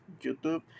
YouTube